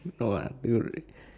no ah don't worry